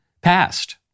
passed